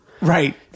Right